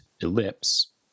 ellipse